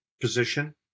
position